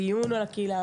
הדיון הוא על הקהילה,